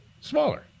smaller